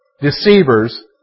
deceivers